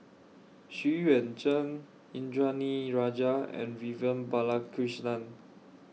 Xu Yuan Zhen Indranee Rajah and Vivian Balakrishnan